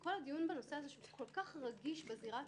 כל הדיון בנושא הזה כל כך רגיש בזירה הציבורית,